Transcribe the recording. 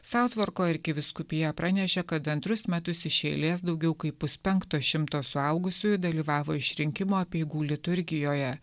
sautvarko arkivyskupija pranešė kad antrus metus iš eilės daugiau kaip puspenkto šimto suaugusiųjų dalyvavo išrinkimo apeigų liturgijoje